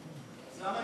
אז למה נכנעת?